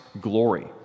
glory